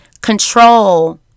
control